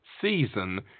season